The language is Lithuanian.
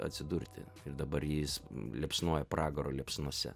atsidurti ir dabar jis liepsnoja pragaro liepsnose